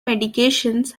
medications